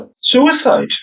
suicide